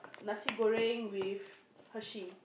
nasi-goreng with Hershey